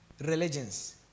religions